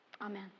Amen